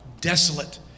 desolate